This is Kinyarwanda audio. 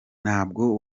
ntabwo